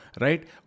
Right